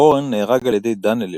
הורן נהרג על ידי דאנלי,